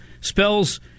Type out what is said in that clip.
spells